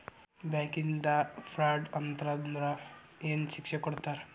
ಬ್ಯಾಂಕಿಂದಾ ಫ್ರಾಡ್ ಅತಂದ್ರ ಏನ್ ಶಿಕ್ಷೆ ಕೊಡ್ತಾರ್?